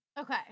Okay